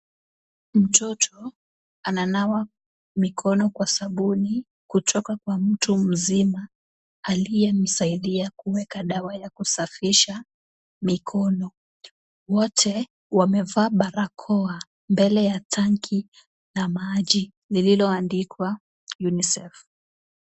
Mtoto ananawa mikono kwa sabuni kutoka kwa mtu mzima aliyemsaidia kuweka dawa ya kusafisha mikono. Wote wamevaa barakoa mbele ya tanki la maji lililoandikwa UNICEF.